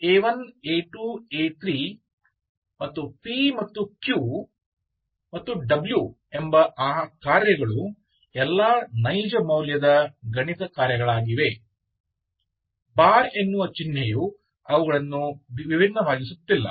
a1 a2 a3 p ಮತ್ತು q ಮತ್ತು w ಎಂಬ ಆ ಕಾರ್ಯಗಳು ಎಲ್ಲಾ ನೈಜ ಮೌಲ್ಯದ ಗಣಿತ ಕಾರ್ಯಗಳಾಗಿವೆ ಬಾರ್ ಎನ್ನುವ ಚಿನ್ನೆಯು ಅವುಗಳನ್ನು ವಿಭಿನ್ನವಾಗಿಸುತ್ತಿಲ್ಲ